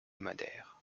madère